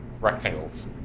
rectangles